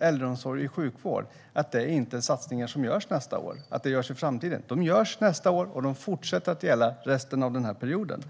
äldreomsorg och sjukvård - inte skulle vara satsningar som ska göras nästa år, att de skulle göras i framtiden. De kommer att göras nästa år, och de kommer att fortsätta gälla under resten av den här perioden.